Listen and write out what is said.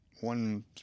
one